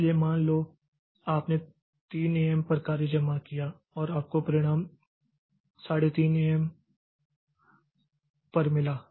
इसलिए मान लो आपने 3 एम पर कार्य जमा किया और आपको परिणाम 330 एम पर मिला